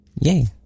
Yay